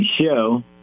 show